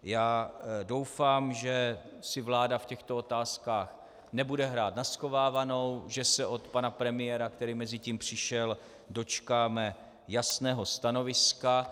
Já doufám, že si vláda v těchto otázkách nebude hrát na schovávanou, že se od pana premiéra, který mezitím přišel, dočkáme jasného stanoviska.